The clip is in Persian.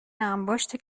انباشت